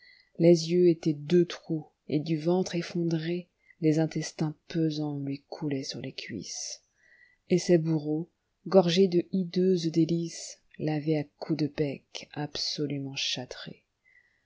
les yeux étaient deux trous et du ventre effondréles intestins pesants lui coulaient sur les cuisses et ses bourreaux gorgés de hideuses délices l'avaient à coups de bec absolument